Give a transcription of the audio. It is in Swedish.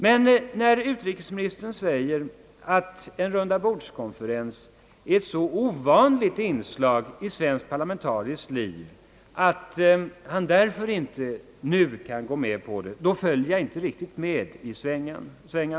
Men när utrikesministern säger, att en rundabordskonferens är ett så ovanligt inslag i svenskt parlamentariskt liv, att han därför inte nu kan gå med på detta, följer jag inte riktigt med i svängarna.